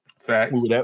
Facts